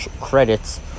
credits